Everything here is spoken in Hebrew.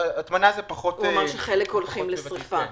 הוא אמר שחלק הולכים לשריפה.